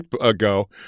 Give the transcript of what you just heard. ago